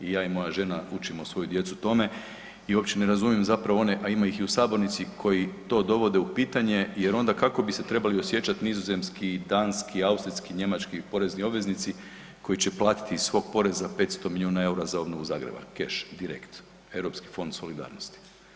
I ja i moja žena učimo svoju djecu tome i uopće ne razumijem zapravo one, a ima ih i u sabornici, koji to dovode u pitanje jer onda kako bi se trebali osjećati nizozemski, danski, austrijski, njemački porezni obveznici koji će platiti iz svog poreza 500 miliona EUR-a za obnovu Zagreba, keš direkt, Europski fond solidarnosti.